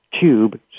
tube